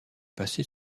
passée